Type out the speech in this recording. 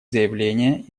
заявления